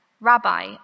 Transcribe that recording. Rabbi